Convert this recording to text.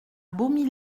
bosmie